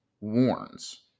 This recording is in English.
warns